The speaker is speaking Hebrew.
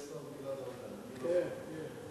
כן, כן.